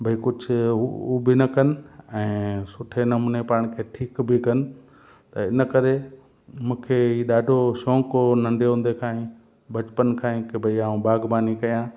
भाई कुझु उहो बि न कनि ऐं सुठे नमूने पाण खे ठीक बि कनि त इन करे मूंखे ई ॾाढो शौक़ु हो नंढे हूंदे खां ई बचपन खां कि भाई ऐं बागबानी कयां